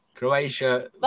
Croatia